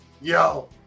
Yo